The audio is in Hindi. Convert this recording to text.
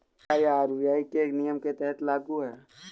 क्या यह आर.बी.आई के नियम के तहत लागू है?